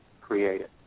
created